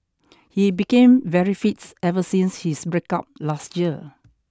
he became very fit ever since his breakup last year